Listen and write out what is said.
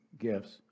gifts